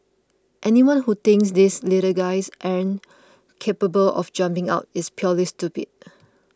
anyone who thinks these little guys aren't capable of jumping out is purely stupid